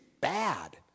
bad